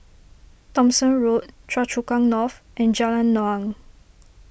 Thomson Road Choa Chu Kang North and Jalan Naung